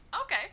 okay